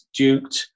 Duked